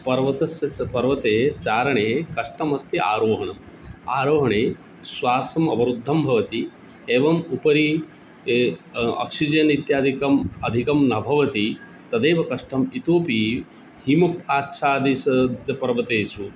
पर्वतस्य स् पर्वते चारणे कष्टम् अस्ति आरोहणम् आरोहणे श्वासम् अवरुद्धं भवति एवम् उपरि ए आक्सिजेन् इत्यादिकम् अधिकं न भवति तदेव कष्टम् इतोऽपि हिमाच्छादितपर्वतेषु